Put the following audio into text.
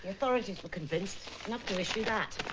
authorities were convinced enough to issue that.